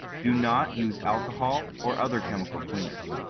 do not use alcohol or other chemical cleaners.